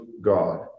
God